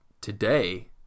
today